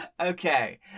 Okay